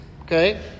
okay